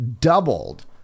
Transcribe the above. doubled